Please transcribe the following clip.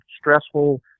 stressful